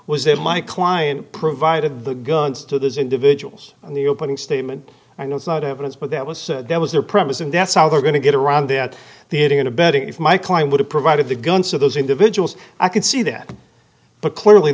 was that my client provided the guns to those individuals in the opening statement i know it's not evidence but that was that was their promise and that's how they're going to get around that the ending in a betting if my client would have provided the guns to those individuals i can see that but clearly